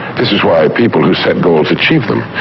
this is why people who set goals achieve them.